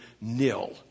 nil